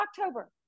October